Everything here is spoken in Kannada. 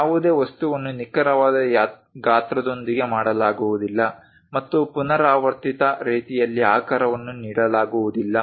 ಯಾವುದೇ ವಸ್ತುವನ್ನು ನಿಖರವಾದ ಗಾತ್ರದೊಂದಿಗೆ ಮಾಡಲಾಗುವುದಿಲ್ಲ ಮತ್ತು ಪುನರಾವರ್ತಿತ ರೀತಿಯಲ್ಲಿ ಆಕಾರವನ್ನು ನೀಡಲಾಗುವುದಿಲ್ಲ